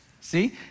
See